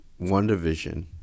WandaVision